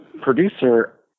producer